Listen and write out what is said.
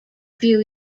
few